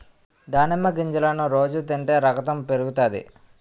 దానిమ్మ గింజలను రోజు తింటే రకతం పెరుగుతాది